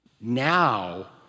now